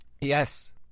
Yes